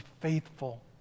faithful